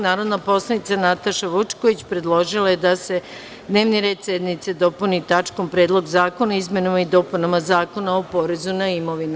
Narodna poslanica Nataša Vučković predložila je da se dnevni red sednice dopuni tačkom - Predlog zakona o izmenama i dopunama Zakona o porezu na imovinu.